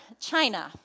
China